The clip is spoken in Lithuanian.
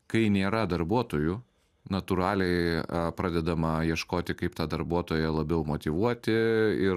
kai nėra darbuotojų natūraliai pradedama ieškoti kaip tą darbuotoją labiau motyvuoti ir